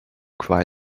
cry